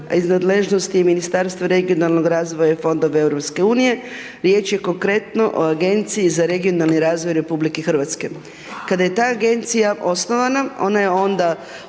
iz nadležnosti Ministarstva regionalnog razvoja i fondove EU, riječ je konkretno o Agenciji za regionalni razvoj RH. Kada je ta Agencija osnovana ona je onda